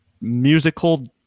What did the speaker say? musical